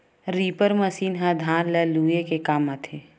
reaper machine ह धान ल लूए के काम आथे